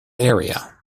area